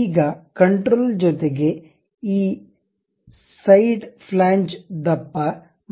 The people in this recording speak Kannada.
ಈಗ ಕಂಟ್ರೋಲ್ ಜೊತೆಗೆ ಈ ಸೈಡ್ ಫ್ಲೇಂಜ್ ದಪ್ಪ